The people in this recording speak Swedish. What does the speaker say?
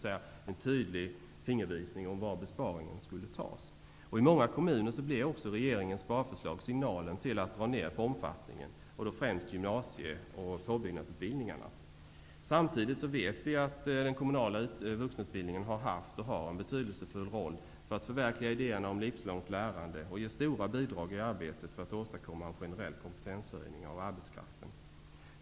Det är en tydlig fingervisning om var besparingen skall göras. I många kommuner blev också regeringens sparförslag signalen till att dra ner på omfattningen av utbildningen -- främst gymnasie och påbyggnadsutbildningarna. Samtidigt vet vi att den kommunala vuxenutbildningen haft och har en betydelsefull roll för att förverkliga idéerna om livslångt lärande och ge stora bidrag i arbetet för att åstadkomma en generell kompetenshöjning av arbetskraften.